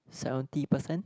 seventy percent